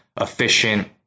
efficient